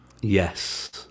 Yes